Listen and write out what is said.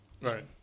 Right